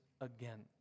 again